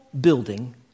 building